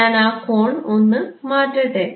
ഞാൻ ആ കോൺ ഒന്നു മാറ്റട്ടെ